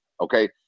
okay